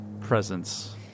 presence